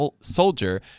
soldier